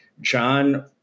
John